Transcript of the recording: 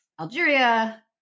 Algeria